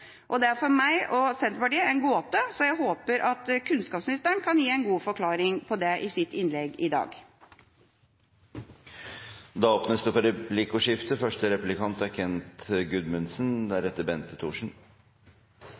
motsatte. Det er for meg og Senterpartiet en gåte, så jeg håper at kunnskapsministeren kan gi en god forklaring på det i sitt innlegg i dag. Det åpnes for replikkordskifte. En av vår tids største utfordringer er